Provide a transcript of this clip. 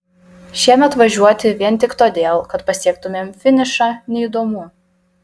šiemet važiuoti vien tik todėl kad pasiektumėm finišą neįdomu